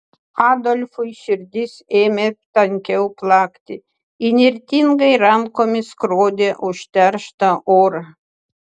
adolfui širdis ėmė tankiau plakti įnirtingai rankomis skrodė užterštą orą